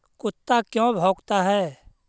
कुत्ता क्यों भौंकता है?